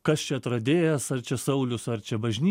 kas čia atradėjas ar čia saulius ar čia bažny